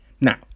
Now